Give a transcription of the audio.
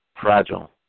Fragile